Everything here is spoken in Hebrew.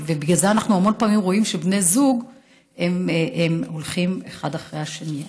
בגלל זה אנחנו המון פעמים רואים שבני זוג הולכים אחד אחרי השני.